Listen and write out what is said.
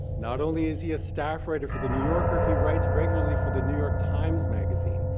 not only is he a staff writer for the new yorker, he writes regularly for the new york times magazine,